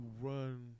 run